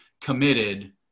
committed